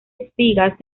espigas